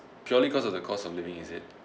purely because of the cost of living is it